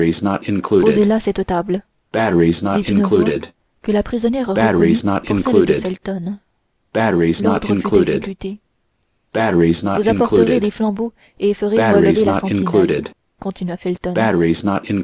posez là cette table dit une voix que la prisonnière reconnut pour celle de felton l'ordre fut exécuté vous apporterez des flambeaux et ferez relever la sentinelle continua felton